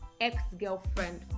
ex-girlfriend